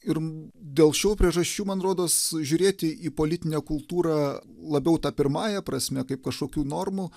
ir dėl šių priežasčių man rodos žiūrėti į politinę kultūrą labiau ta pirmąja prasme kaip kažkokių normų